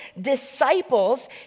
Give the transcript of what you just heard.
disciples